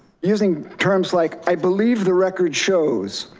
using terms like i believe the record shows,